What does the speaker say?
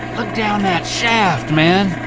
down that shaft, man.